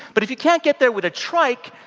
but if you can't get there with a trike,